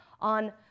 on